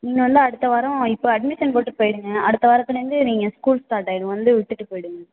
நீங்கள் வந்து அடுத்த வாரம் இப்போ அட்மிஷன் போட்டு போயிருங்க அடுத்தவாரத்துலருந்து ஸ்கூல் ஸ்டார்ட்டாயிடும் வந்து விட்டுட்டுப் போயிடுங்க